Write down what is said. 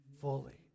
fully